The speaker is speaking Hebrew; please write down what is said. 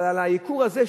על הייקור הזה,